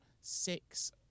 six